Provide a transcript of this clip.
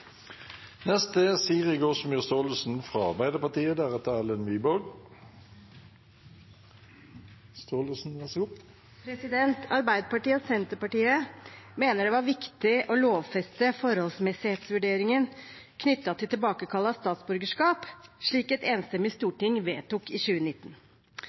Arbeiderpartiet og Senterpartiet mener det var viktig å lovfeste forholdsmessighetsvurderingen knyttet til tilbakekall av statsborgerskap, slik et enstemmig storting vedtok i 2019.